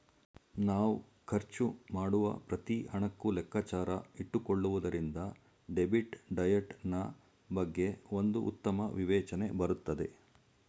ನಾವ್ ಖರ್ಚು ಮಾಡುವ ಪ್ರತಿ ಹಣಕ್ಕೂ ಲೆಕ್ಕಾಚಾರ ಇಟ್ಟುಕೊಳ್ಳುವುದರಿಂದ ಡೆಬಿಟ್ ಡಯಟ್ ನಾ ಬಗ್ಗೆ ಒಂದು ಉತ್ತಮ ವಿವೇಚನೆ ಬರುತ್ತದೆ